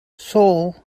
seoul